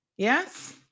Yes